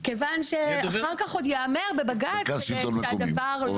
כיוון שאחר כך עוד ייאמר בבג"ץ שהדבר לא --- מרכז שלטון מקומי,